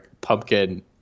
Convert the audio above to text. pumpkin